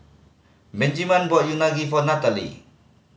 Benjiman brought Unagi for Nathaly